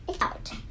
out